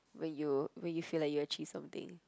when you when you feel like you achieved something